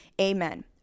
amen